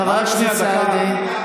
חבר הכנסת סעדי.